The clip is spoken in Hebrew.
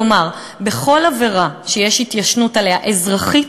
כלומר, בכל עבירה שיש התיישנות עליה, אזרחית,